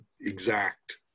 exact